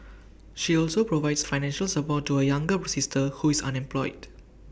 she also provides financial support to her younger sister who is unemployed